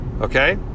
Okay